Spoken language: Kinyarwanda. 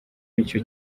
nicyo